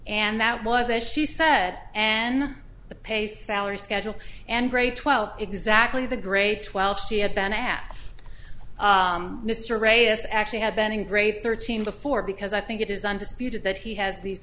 and that was as she said and the pay salary schedule and grade twelve exactly the grade twelve she had been at mr ray as actually had been a great thirteen before because i think it is undisputed that he has these